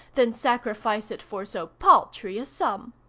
than sacrifice it for so paltry a sum.